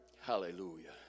Hallelujah